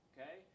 Okay